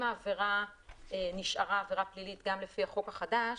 אם העבירה נשארה עבירה פלילית גם לפי החוק החדש,